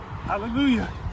Hallelujah